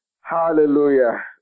Hallelujah